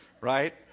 right